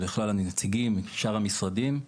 ובכלל הנציגים ושאר המשרדים,